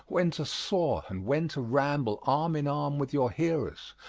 when to soar and when to ramble arm in arm with your hearers,